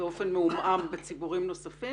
באופן מעומעם בציבורים נוספים.